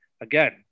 Again